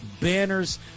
banners